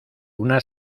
una